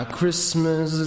Christmas